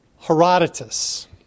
Herodotus